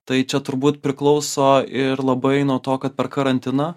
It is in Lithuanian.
tai čia turbūt priklauso ir labai nuo to kad per karantiną